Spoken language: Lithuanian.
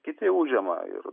kiti užima ir